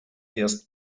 erst